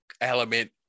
element